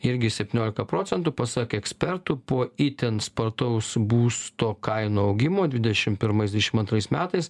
irgi septyniolika procentų pasak ekspertų po itin spartaus būsto kainų augimo dvidešim pirmais dvidešim antrais metais